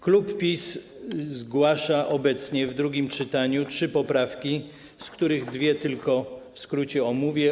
Klub PiS zgłasza obecnie w drugim czytaniu trzy poprawki, z których dwie w skrócie omówię.